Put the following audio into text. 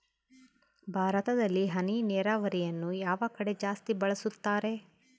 ಭಾರತದಲ್ಲಿ ಹನಿ ನೇರಾವರಿಯನ್ನು ಯಾವ ಕಡೆ ಜಾಸ್ತಿ ಬಳಸುತ್ತಾರೆ?